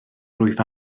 rwyf